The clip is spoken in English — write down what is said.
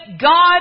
God